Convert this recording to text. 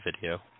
video